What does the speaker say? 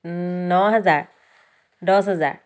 ন হেজাৰ দছ হেজাৰ